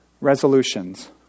resolutions